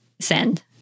send